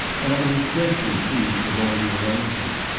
and i was greatly pleased with all the arrangements,